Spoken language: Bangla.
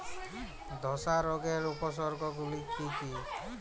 ধসা রোগের উপসর্গগুলি কি কি?